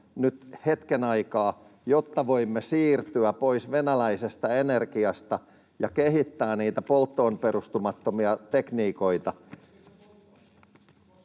nyt hetken aikaa, jotta voimme siirtyä pois venäläisestä energiasta ja kehittää niitä polttoon perustumattomia tekniikoita.